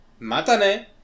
matane